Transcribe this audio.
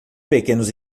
pequenos